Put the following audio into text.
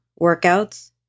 workouts